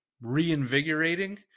reinvigorating